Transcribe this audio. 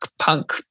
punk